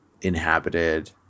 inhabited